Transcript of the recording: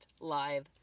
live